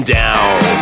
down